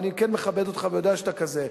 ואני כן מכבד אותך, ויודע שאתה כזה.